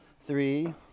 three